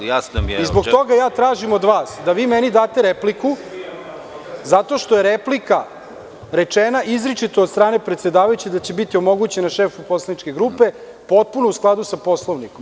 Zbog toga tražim od vas da vi meni date repliku, zato što je replika rečena izričito od strane predsedavajuće da će biti omogućena šefu poslaničke grupe, potpuno u skladu sa Poslovnikom.